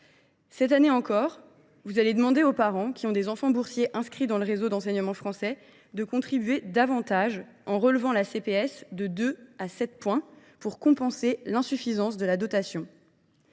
Cette année encore, vous allez demander aux parents qui ont des enfants boursiers inscrits dans le réseau d’enseignement français, de contribuer davantage, en relevant le taux de la CPS de 2 % à 7 %, pour compenser l’insuffisance de la dotation.